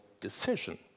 decision